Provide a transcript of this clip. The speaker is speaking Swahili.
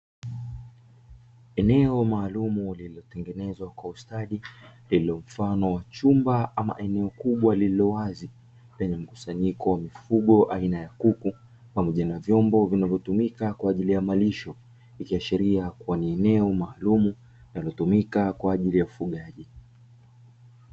Eneo maalumu liliotengenezwa kwa ustadi, lililo mfano wa chumba ama eneo kubwa liliowazi lenye mkusanyiko wa mifugo aina ya kuku pamoja na vyombo vinavyotumika kwa ajili ya malisho. Ikiashiria kuwa ni eneo maalumu linalotumika kwa ajili ya ufugaji.